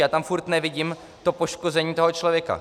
Já tam furt nevidím poškození toho člověka.